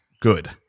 good